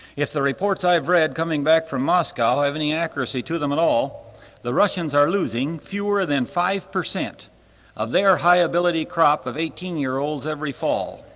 if the reports i've read coming back from moscow have any accuracy to them at all the russians are losing fewer than five percent of their high ability crop of eighteen-year-olds every fall.